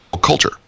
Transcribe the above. culture